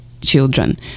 children